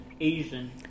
asian